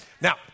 Now